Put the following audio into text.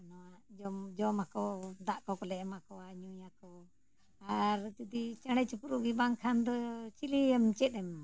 ᱱᱚᱣᱟ ᱡᱚᱢ ᱡᱚᱢᱟᱠᱚ ᱫᱟᱜ ᱠᱚ ᱠᱚᱞᱮ ᱮᱢᱟ ᱠᱚᱣᱟ ᱧᱩᱭᱟᱠᱚ ᱟᱨ ᱡᱩᱫᱤ ᱪᱮᱬᱮᱼᱪᱤᱯᱨᱩᱫ ᱜᱮ ᱵᱟᱝᱠᱷᱟᱱ ᱫᱚ ᱪᱤᱞᱤᱭᱮᱢ ᱪᱮᱫ ᱮᱢ ᱮᱢᱟᱭᱟ